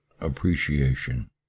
appreciation